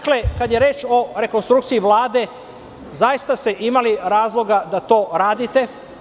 Kada je reč o rekonstrukciji Vlade, zaista ste imali razloga da to radite.